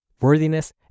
worthiness